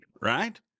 Right